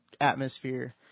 atmosphere